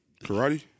Karate